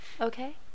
Okay